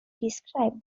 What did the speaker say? describe